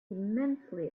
immensely